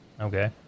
Okay